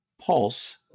Pulse